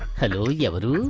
hello yeah but who